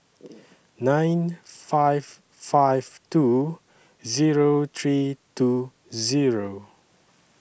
nine five five two Zero three two Zero